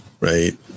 right